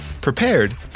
prepared